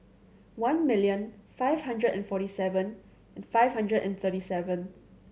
one million five hundred and forty seven five hundred and thirty seven